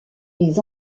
les